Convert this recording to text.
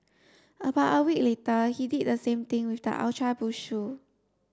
about a week later he did the same thing with the Ultra Boost shoe